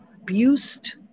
abused